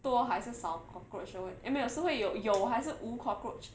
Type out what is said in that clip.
多还是少 cockroach 的问 eh 没有是会有有还是无 cockroach